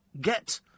get